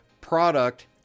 product